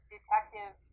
Detective